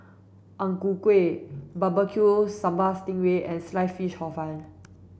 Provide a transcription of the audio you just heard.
Ang Ku Kueh barbecue sambal sting ray and sliced fish hor fun